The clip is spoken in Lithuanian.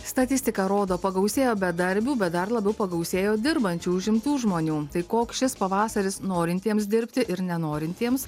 statistika rodo pagausėjo bedarbių bet dar labiau pagausėjo dirbančių užimtų žmonių tai koks šis pavasaris norintiems dirbti ir nenorintiems